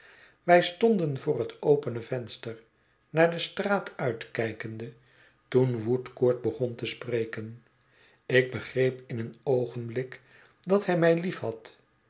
wij stonden voor het opene venster naar de straat uitkijkende toen woodcourt begon te spreken ik begreep in een oogenblik dat hij mij liefhad